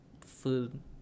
food